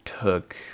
took